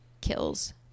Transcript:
kills